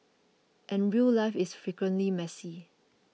and real life is frequently messy